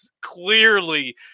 Clearly